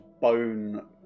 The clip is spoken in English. bone